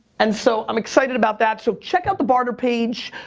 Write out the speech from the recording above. and so i'm excited about that, so check out the barter page,